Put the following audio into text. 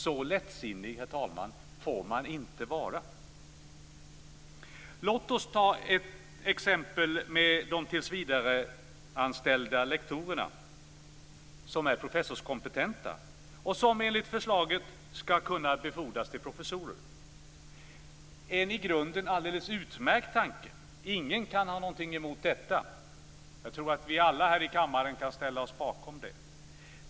Så lättsinnig får man inte vara! Låt oss ta exemplet med de tillsvidareanställda lektorerna som är professorskompetenta. Enligt förslaget skall de kunna befordras till professorer. Det är en i grunden alldeles utmärkt tanke. Ingen kan ha någonting emot detta. Detta kan vi alla här i kammaren ställa oss bakom.